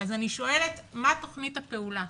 אז אני שואלת מה תכנית הפעולה.